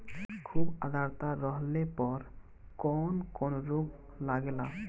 खुब आद्रता रहले पर कौन कौन रोग लागेला?